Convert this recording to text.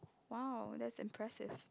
!wow! that's impressive